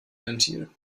ventil